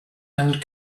and